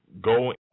go